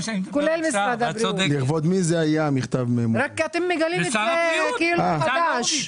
רק אתם גדלים את זה כאילו חדש.